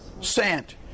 sent